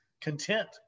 content